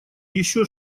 ещё